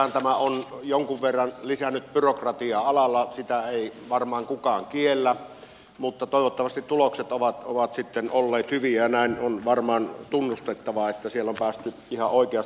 sinänsähän tämä on jonkun verran lisännyt byrokratiaa alalla sitä ei varmaan kukaan kiellä mutta toivottavasti tulokset ovat sitten olleet hyviä ja näin on varmaan tunnustettava että siellä on päästy ihan oikeasti eteenpäin